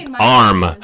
Arm